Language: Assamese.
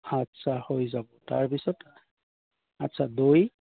আচ্ছা হৈ যাব তাৰপিছত আচ্ছা দৈ